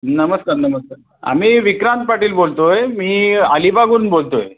नमस्कार नमस्कार मी विक्रांत पाटील बोलतो आहे मी अलिबागवरून बोलतो आहे